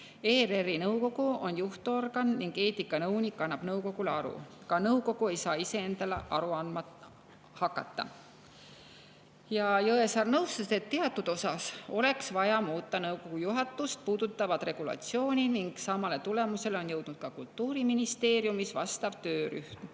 ERR-i nõukogu on juhtorgan ning eetikanõunik annab nõukogule aru. Nõukogu ei saa iseendale aru andma hakata. Jõesaar nõustus, et teatud osas oleks vaja muuta nõukogu juhatust puudutavat regulatsiooni ning samale tulemusele on jõudnud ka Kultuuriministeeriumi vastav töörühm.